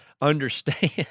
understand